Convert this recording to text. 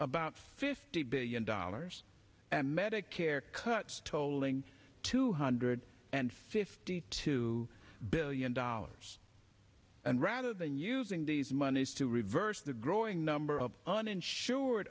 about fifty billion dollars and medicare cuts tolling two hundred and fifty two billion dollars and rather than using these monies to reverse the growing number of uninsured